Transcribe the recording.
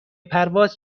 پرواز